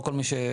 לא כל מי שזכאי,